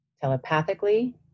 telepathically